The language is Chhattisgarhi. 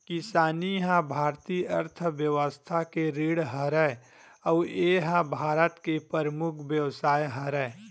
किसानी ह भारतीय अर्थबेवस्था के रीढ़ हरय अउ ए ह भारत के परमुख बेवसाय हरय